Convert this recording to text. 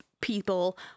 people